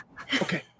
okay